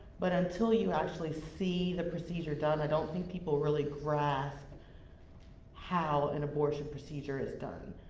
but until you actually see the procedure done, i don't think people really grasp how an abortion procedure is done.